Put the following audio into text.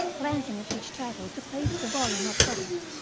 glancing at each title to place the volume upright.